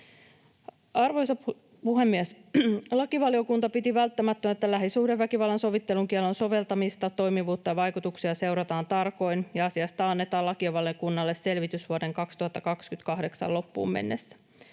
Arvoisa puhemies! Lakivaliokunta piti välttämättömänä, että lähisuhdeväkivallan sovittelun kiellon soveltamista, toimivuutta ja vaikutuksia seurataan tarkoin ja asiasta annetaan lakivaliokunnalle selvitys vuoden 2028 loppuun mennessä.